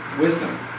wisdom